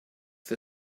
für